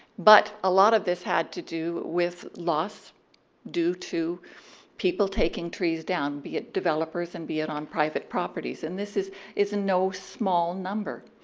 but a lot of this had to do with loss due to people taking trees down, be it developers and be it on private properties and this is is no small number.